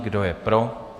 Kdo je pro?